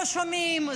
לא שומעים,